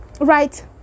Right